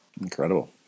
Incredible